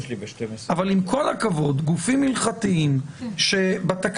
אבל עם כל הכבוד גופים הלכתיים שבתקנון